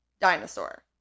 dinosaur